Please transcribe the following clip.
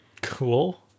Cool